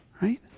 Right